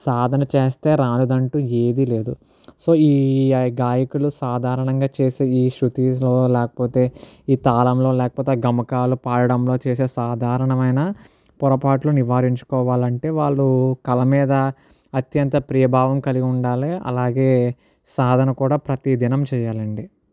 సాధన చేస్తే రానిదంటూ ఏదీ లేదు సో ఈ గాయకులు సాధారణంగా చేసే ఈ శ్రుతిలో లేకపోతే ఈ తాళంలోనే లేకపోతే గమకాలు పాడడంలో చేసే సాధారణమైన పొరపాట్లు నివారించుకోవాలంటే వాళ్లు కలమీద అత్యంత ప్రియభావం కలిగి ఉండాలి అలాగే సాధన కూడా ప్రతి దినం చేయాలండి